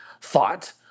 thought